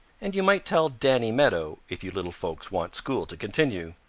and you might tell danny meadow if you little folks want school to continue.